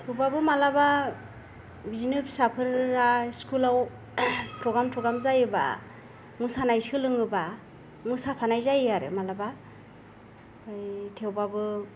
थेवब्लाबो मालाबा बिदिनो फिसाफोरा स्कुल आव प्रग्राम थ्रग्राम जायोबा मोसानाय सोलोङोबा मोसाफानाय जायो आरो मालाबा आमफाय थेवब्लाबो